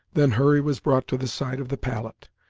then hurry was brought to the side of the pallet.